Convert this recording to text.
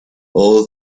all